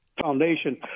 foundation